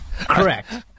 Correct